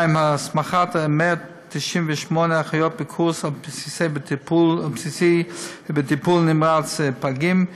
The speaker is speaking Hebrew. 2. הסמכת 198 אחיות בקורס-על בסיסי בטיפול נמרץ פגים,